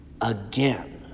again